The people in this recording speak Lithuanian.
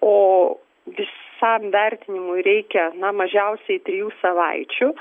oo visam vertinimui reikia na mažiausiai trijų savaičių